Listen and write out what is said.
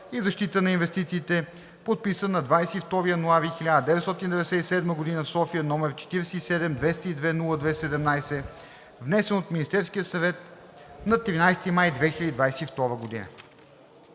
и защита на инвестициите, подписан на 22 януари 1997 г. в София, № 47-202-02-17, внесен от Министерския съвет на 13 май 2022 г.“